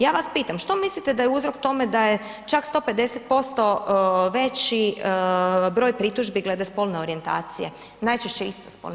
Ja vas pitam, što mislite da je uzrok tome da je čak 150% veći broj pritužbi glede spolne orijentacije, najčešće isto spolne?